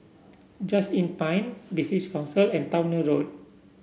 Just Inn Pine British Council and Towner Road